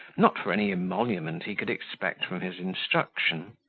not for any emolument he could expect from his instruction.